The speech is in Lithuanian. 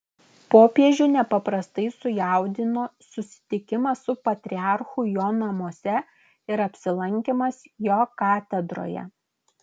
popiežių nepaprastai sujaudino susitikimas su patriarchu jo namuose ir apsilankymas jo katedroje